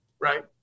right